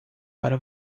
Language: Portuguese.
para